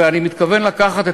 ואני מתכוון לקחת,